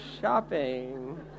shopping